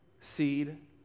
seed